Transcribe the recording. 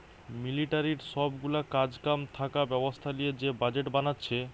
মিলিটারির সব গুলা কাজ কাম থাকা ব্যবস্থা লিয়ে যে বাজেট বানাচ্ছে